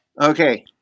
Okay